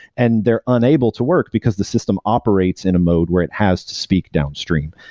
and they're unable to work, because the system operates in a mode where it has to speak downstream.